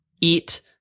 eat